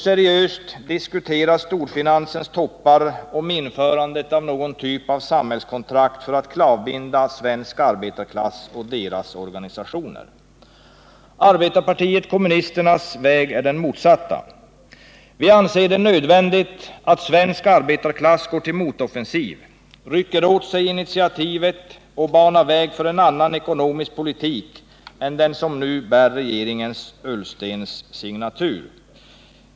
Seriöst diskuterar storfinansens toppar införandet av någon typ av samhällskontrakt för att klavbinda svensk arbetarklass och dess organisationer. Arbetarpartiet kommunisternas väg är den motsatta. Vi anser det nödvändigt att svensk arbetarklass går till motoffensiv, rycker åt sig initiativet och banar väg för en annan ekonomisk politik än den som nu bär regeringen Ullstens signatur.